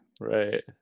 Right